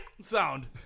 sound